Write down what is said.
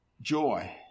joy